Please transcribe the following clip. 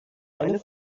eine